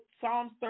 Psalms